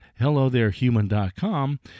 hellotherehuman.com